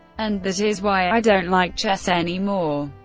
and that is why i don't like chess any more.